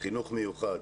חינוך מיוחד.